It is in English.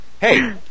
hey